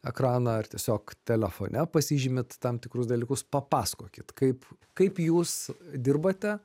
ekraną ar tiesiog telefone pasižymit tam tikrus dalykus papasakokit kaip kaip jūs dirbate